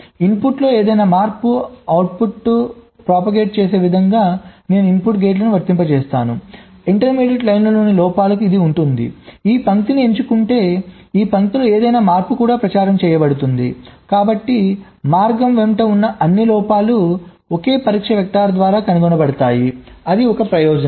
ఇన్పుట్లలో ఏదైనా మార్పు అవుట్పు ప్రచారం చేసే విధంగా నేను ఇన్పుట్లను గేట్లకు వర్తింపజేస్తాను ఇంటర్మీడియట్ లైన్లలోని లోపాలకు ఇది ఉంటుంది ఈ పంక్తిని ఎంచుకుంటే ఈ పంక్తిలో ఏదైనా మార్పు కూడా ప్రచారం చేయబడుతుంది కాబట్టి మార్గం వెంట ఉన్న అన్ని లోపాలు ఒకే పరీక్ష వెక్టర్ ద్వారా కనుగొనబడతాయి అది ఒక ప్రయోజనం